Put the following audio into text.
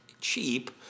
cheap